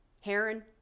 Heron